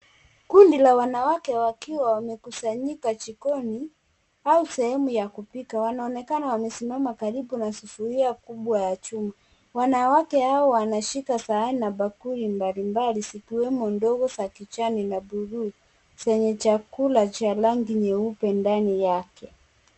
Kundi la wanawake wakiwa wamekusanyika jikoni au sehemu ya kupika. Wanaonekana wamesimama karibu na sufuria kubwa ya chuma. Wanawake hao wanashika sahani na bakuli mbalimbali ikiwemo ndogo za kijani na buluu zenye chakula cha rangi nyeupe ndani yake.